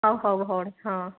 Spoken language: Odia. ହଉ ହଉ ଭଉଣୀ ହଁ